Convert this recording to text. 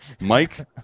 Mike